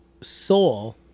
soul